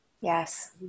Yes